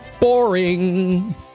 Boring